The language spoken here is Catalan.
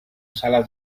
sales